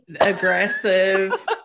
Aggressive